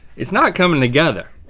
it's not coming together.